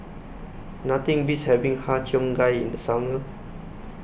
Nothing Beats having Har Cheong Gai in The Summer